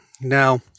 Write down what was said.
Now